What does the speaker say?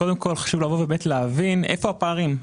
קודם כול, חשוב להבין איפה הפערים.